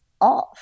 off